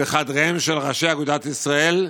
בחדריהם של ראשי אגודת ישראל,